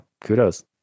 kudos